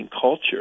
culture